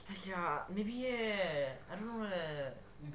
!aiya! maybe eh I don't know eh